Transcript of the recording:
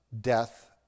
death